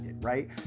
right